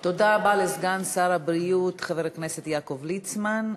תודה רבה לסגן שר הבריאות חבר הכנסת יעקב ליצמן.